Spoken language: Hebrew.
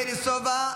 יבגני סובה,